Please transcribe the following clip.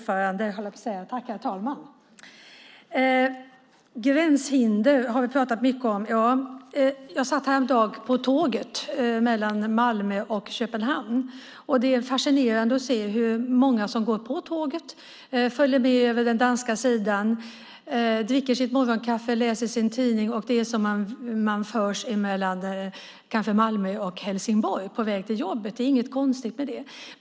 Herr talman! Vi har pratat mycket om gränshinder. Jag satt häromdagen på tåget mellan Malmö och Köpenhamn. Det är fascinerande att se hur många som går på tåget och följer med över på den danska sidan, de dricker sitt morgonkaffe och läser sin tidning. Det är som att åka mellan Malmö och Helsingborg på väg till jobbet. Det är inget konstigt med det.